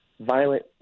violent